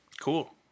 cool